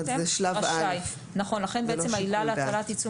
זאת אומרת, זהו שלב א; זהו לא שיקול דעת.